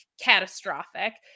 catastrophic